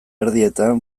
erdietan